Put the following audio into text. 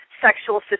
sexual